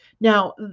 Now